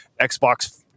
Xbox